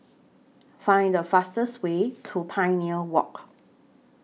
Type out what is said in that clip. Find The fastest Way to Pioneer Walk